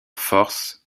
force